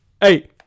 Hey